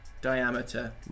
diameter